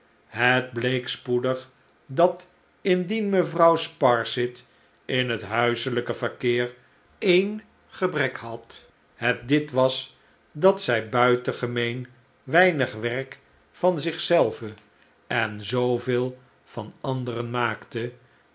het bleek spoedig dat indien mevrouw sparsit in het huiselijke verkeer een gebrek had het dit was dat zij buitengemeen weinig werk van zich zelve en zooveel van anderen maakte